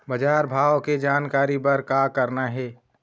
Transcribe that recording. बजार भाव के जानकारी बर का करना हे?